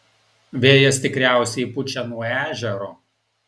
vėjas tikriausiai pučia nuo ežero